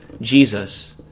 Jesus